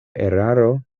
eraro